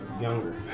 younger